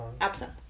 absent